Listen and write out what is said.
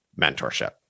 mentorship